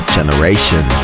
Generation